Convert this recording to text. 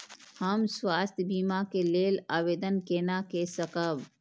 हम स्वास्थ्य बीमा के लेल आवेदन केना कै सकब?